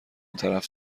طرف